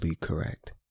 correct